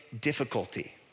difficulty